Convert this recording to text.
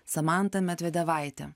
samanta medvedevaitė